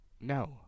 No